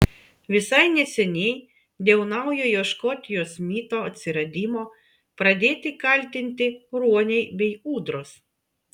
visai neseniai dėl naujojo škotijos mito atsiradimo pradėti kaltinti ruoniai bei ūdros